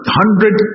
hundred